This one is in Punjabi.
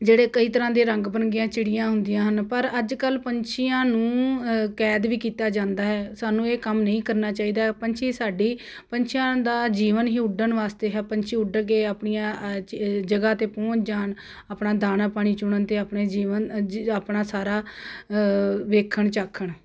ਜਿਹੜੇ ਕਈ ਤਰ੍ਹਾਂ ਦੇ ਰੰਗ ਬਿਰੰਗੀਆਂ ਚਿੜੀਆਂ ਹੁੰਦੀਆਂ ਹਨ ਪਰ ਅੱਜ ਕੱਲ੍ਹ ਪੰਛੀਆਂ ਨੂੰ ਕੈਦ ਵੀ ਕੀਤਾ ਜਾਂਦਾ ਹੈ ਸਾਨੂੰ ਇਹ ਕੰਮ ਨਹੀਂ ਕਰਨਾ ਚਾਹੀਦਾ ਪੰਛੀ ਸਾਡੀ ਪੰਛੀਆਂ ਦਾ ਜੀਵਨ ਹੀ ਉੱਡਣ ਵਾਸਤੇ ਹੈ ਪੰਛੀ ਉੱਡ ਕੇ ਆਪਣੀਆਂ ਜਗ੍ਹਾ 'ਤੇ ਪਹੁੰਚ ਜਾਣ ਆਪਣਾ ਦਾਣਾ ਪਾਣੀ ਚੁਣਨ ਅਤੇ ਆਪਣੇ ਜੀਵਨ ਜੀ ਆਪਣਾ ਸਾਰਾ ਵੇਖਣ ਚਾਖਣ